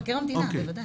מבקר המדינה, ודאי.